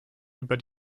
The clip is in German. über